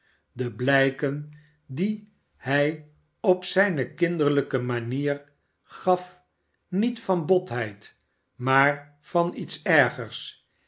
de blijken die hij op zijne kinderlijke manier gaf niet van botheid maar van iets ergers